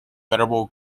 federal